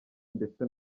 ndetse